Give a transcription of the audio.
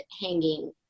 hanging